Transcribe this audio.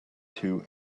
two